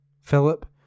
Philip